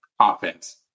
offense